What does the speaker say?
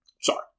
Sorry